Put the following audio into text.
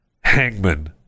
hangman